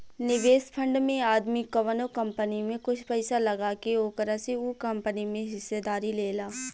निवेश फंड में आदमी कवनो कंपनी में कुछ पइसा लगा के ओकरा से उ कंपनी में हिस्सेदारी लेला